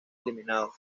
eliminado